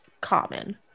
common